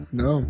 no